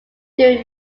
during